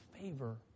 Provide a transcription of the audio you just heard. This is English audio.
favor